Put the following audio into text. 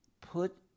Put